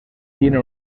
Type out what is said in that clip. tiene